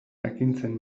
jakintzen